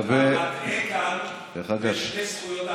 אתה מטעה כאן בין שתי זכויות ההפגנה.